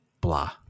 blah